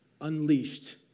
unleashed